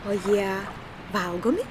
o jie valgomi